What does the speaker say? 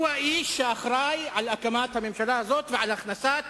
הוא האיש שאחראי להקמת הממשלה הזאת ולהכנסת